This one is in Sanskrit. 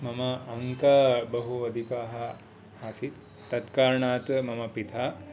मम अङ्का बहु अधिकाः आसीत् तत् कारणात् मम पिता